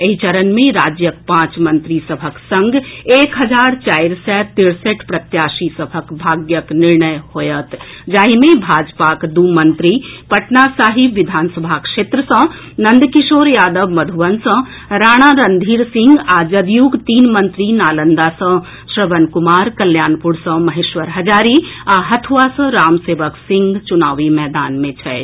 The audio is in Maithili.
एहि चरण मे राज्यक पांच मंत्री सभक संग एक हजार चारि सय तिरसठि प्रत्याशी सभक भाग्यक निर्णय होयत जाहि मे भाजपाक दू मंत्री पटना साहिब विधानसभा क्षेत्र सँ नंदकिशोर यादव मधुबन सँ राणा रणधीर सिंह आ जदयूक तीन मंत्री नालंदा सऽ श्रवण कुमार कल्याणपुर सँ महेश्वर हजारी आ हथुआ सँ रामसेवक सिंह चुनावी मैदान मे छथि